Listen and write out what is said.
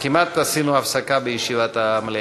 כמעט עשינו הפסקה בישיבת המליאה.